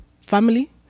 family